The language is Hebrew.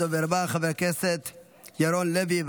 כעת לדובר הבא, חבר הכנסת ירון לוי.